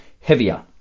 heavier